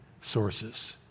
sources